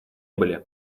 были